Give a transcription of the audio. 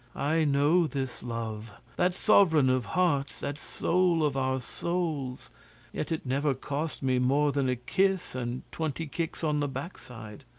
i know this love, that sovereign of hearts, that soul of our souls yet it never cost me more than a kiss and twenty kicks on the backside.